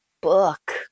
book